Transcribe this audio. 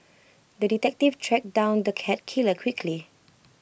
the detective tracked down the cat killer quickly